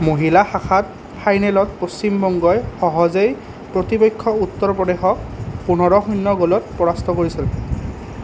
মহিলা শাখাত ফাইনেলত পশ্চিমবংগই সহজেই প্ৰতিপক্ষ উত্তৰ প্ৰদেশক পোন্ধৰ শূন্য গ'লত পৰাস্ত কৰিছিল